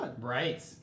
right